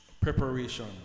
preparation